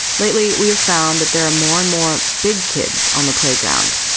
lately, we have found that there are more and more big kids on the playground.